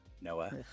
Noah